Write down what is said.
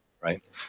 right